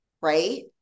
Right